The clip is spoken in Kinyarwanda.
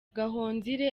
gahonzire